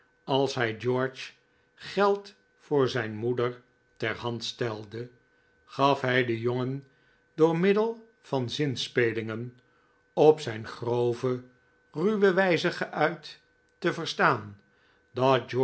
als hij george geld voor zijn moeder ter hand stelde gaf hij den jongen door middel van zinspelingen op zijn grove ruwe wijze geuit te verstaan